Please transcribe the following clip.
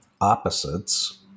opposites